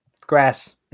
Grass